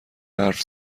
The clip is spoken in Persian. حرف